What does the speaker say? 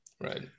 Right